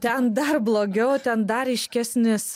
ten dar blogiau ten dar ryškesnis